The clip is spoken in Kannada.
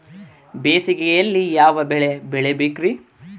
ಬೇಸಿಗೆಯಲ್ಲಿ ಯಾವ ಬೆಳೆ ಬೆಳಿಬೇಕ್ರಿ?